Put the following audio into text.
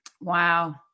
Wow